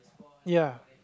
ya